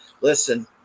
listen